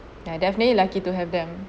ah definitely lucky to have them